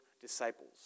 disciples